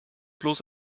bloß